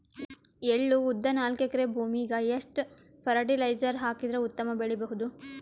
ಎಳ್ಳು, ಉದ್ದ ನಾಲ್ಕಎಕರೆ ಭೂಮಿಗ ಎಷ್ಟ ಫರಟಿಲೈಜರ ಹಾಕಿದರ ಉತ್ತಮ ಬೆಳಿ ಬಹುದು?